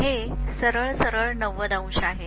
हे सरळ सरळ 900 आहे